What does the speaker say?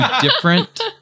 different